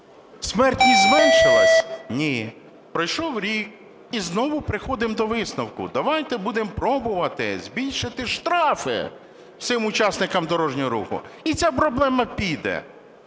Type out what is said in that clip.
Смертність зменшилась? Ні. Пройшов рік і знову приходимо до висновку: давайте будемо пробувати збільшити штрафи всім учасникам дорожнього руху - і ця проблема піде.